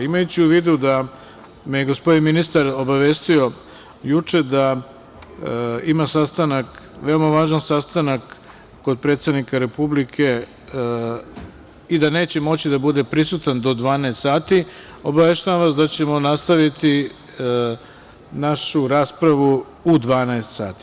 Imajući u vidu da me je gospodin ministar obavestio juče da ima veoma važan sastanak kod predsednika Republike i da neće moći da bude prisutan do 12.00 sati, obaveštavam vas da ćemo nastaviti našu raspravu u 12.00 sati.